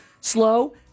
slow